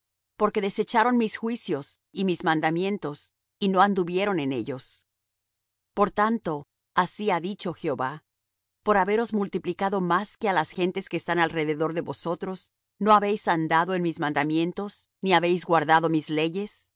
porque desecharon mis juicios y mis mandamientos y no anduvieron en ellos por tanto así ha dicho jehová por haberos multiplicado más que á las gentes que están alrededor de vosotros no habéis andado en mis mandamientos ni habéis guardado mis leyes